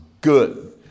good